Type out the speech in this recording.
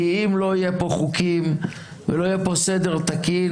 כי אם לא יהיו פה חוקים ולא יהיה פה סדר תקין,